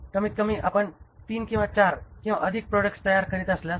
कमीतकमी आपण तीन ते चार किंवा अधिक प्रॉडक्ट तयार करीत असल्यास